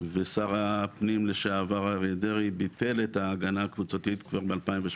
ושר הפנים לשעבר אריה דרעי ביטל את ההגנה הקבוצתית כבר ב-2018.